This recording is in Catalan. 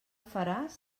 faràs